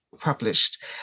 published